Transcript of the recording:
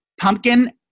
pumpkin